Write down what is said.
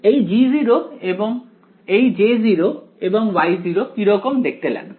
এই J0 এবং Y0 কিরকম দেখতে লাগবে